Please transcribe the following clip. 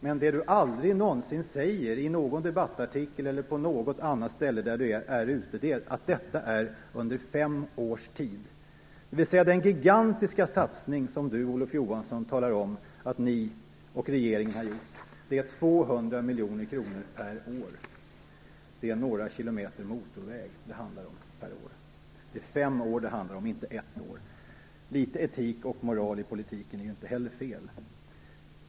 Det som han aldrig någonsin säger i någon debattartikel eller i något annat sammanhang är att detta är under fem års tid. Den gigantiska satsning som Olof Johansson talar om att ni och regeringen har gjort är alltså 200 miljoner kronor per år. Det motsvarar några kilometer motorväg per år. Det handlar om fem år, inte om ett år. Litet etik och moral i politiken är inte fel.